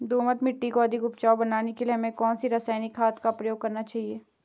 दोमट मिट्टी को अधिक उपजाऊ बनाने के लिए हमें कौन सी रासायनिक खाद का प्रयोग करना चाहिए?